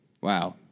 Wow